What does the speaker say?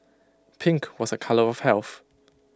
pink was A colour of health